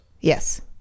Yes